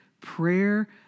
prayer